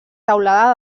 teulada